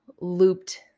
looped